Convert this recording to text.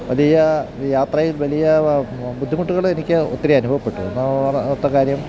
വലിയ യാത്രയിൽ വലിയ ബുദ്ധിമുട്ടുകൾ എനിക്ക് ഒത്തിരി അനുഭവപ്പെട്ടു ഒന്നാമത്ത കാര്യം